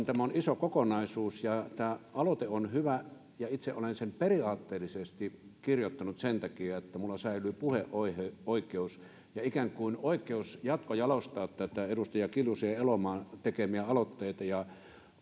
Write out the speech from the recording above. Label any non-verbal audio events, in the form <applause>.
<unintelligible> tämä on iso kokonaisuus ja tämä aloite on hyvä ja itse olen sen periaatteellisesti kirjoittanut sen takia että minulla säilyy puheoikeus ja ikään kuin oikeus jatkojalostaa näitä edustaja kiljusen ja edustaja elomaan tekemiä aloitteita